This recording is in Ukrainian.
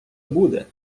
буде